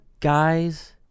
guys